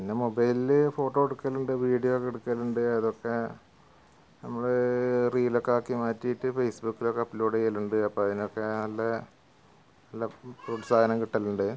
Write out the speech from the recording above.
പിന്നെ മൊബൈലിൽ ഫോട്ടോ എടുക്കലുണ്ട് വീഡിയോയൊക്കെ എടുക്കലുണ്ട് അതൊക്കെ നമ്മൾ റീലൊക്കെ ആക്കി മാറ്റിയിട്ട് ഫേസ് ബുക്കിലൊക്കെ അപ്ലോഡ് ചെയ്യലുണ്ട് അപ്പോൾ അതിനൊക്കെ നല്ല പ്രോത്സാഹനം കിട്ടലുണ്ട്